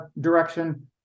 direction